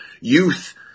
youth